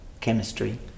chemistry